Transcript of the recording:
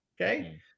okay